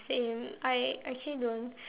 same I actually don't